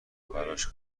براش